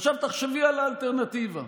עכשיו, תחשבי על האלטרנטיבה,